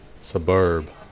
suburb